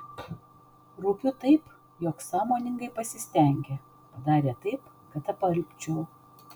rūpiu taip jog sąmoningai pasistengė padarė taip kad apalpčiau